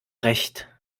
recht